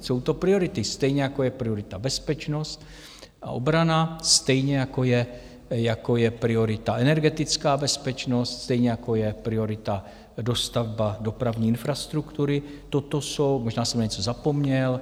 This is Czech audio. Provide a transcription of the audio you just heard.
Jsou to priority, stejně jako je priorita bezpečnost a obrana, stejně jako je priorita energetická bezpečnost, stejně jako je priorita dostavba dopravní infrastruktury, možná jsem na něco zapomněl.